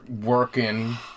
working